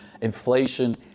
inflation